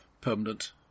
permanent